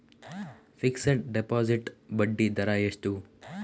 Fixed deposit ಬಡ್ಡಿ ದರ ಎಷ್ಟು?